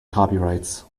copyrights